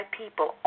people